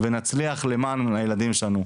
ונצליח למען הילדים שלנו.